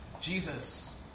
Jesus